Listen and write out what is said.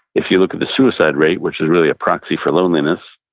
if you look at the suicide rate, which is really a proxy for loneliness,